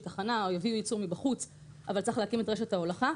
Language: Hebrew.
תחנה או שיביאו ייצור מבחוץ אבל צריך להקים את רשת ההולכה,